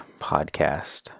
podcast